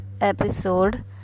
episode